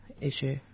issue